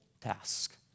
task